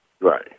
Right